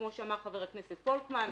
כמו שאמר חבר הכנסת פולקמן,